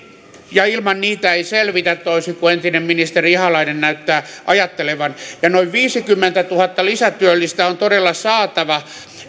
ja ilman niitä ei selvitä toisin kuin entinen ministeri ihalainen näyttää ajattelevan ja noin viisikymmentätuhatta lisätyöllistä on todella saatava